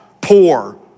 poor